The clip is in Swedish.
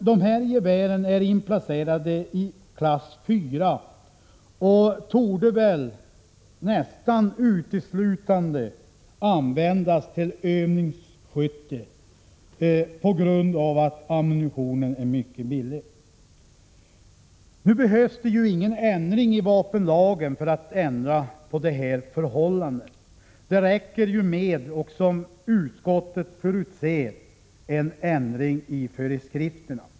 De är inplacerade i klass 4 och torde nästan uteslutande användas till övningsskytte på grund av att ammunitionen är mycket billig. Det behövs ingen ändring i vapenlagen för att ändra på det rådande förhållandet. Det räcker, som utskottet förutser, med en ändring i föreskrifterna.